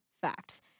Facts